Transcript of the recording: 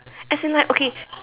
as in like okay